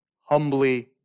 Humbly